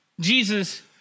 Jesus